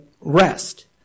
rest